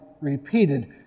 repeated